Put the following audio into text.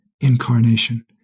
incarnation